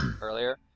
earlier